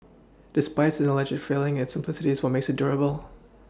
despite its alleged failings its simplicity is what makes it durable